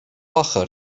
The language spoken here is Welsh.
ochr